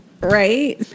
Right